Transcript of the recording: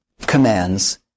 commands